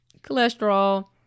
cholesterol